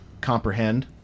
comprehend